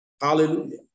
Hallelujah